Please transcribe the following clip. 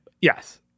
Yes